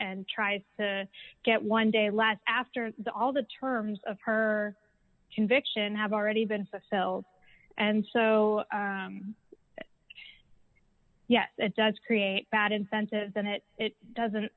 and tries to get one day last after the all the terms of her conviction have already been fulfilled and so yes it does create bad incentive then it doesn't